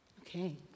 Okay